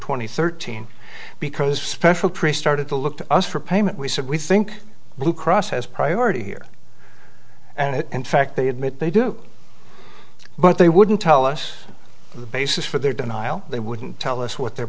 and thirteen because special priest art of the look to us for payment we said we think blue cross has priority here and in fact they admit they do but they wouldn't tell us the basis for their denial they wouldn't tell us what their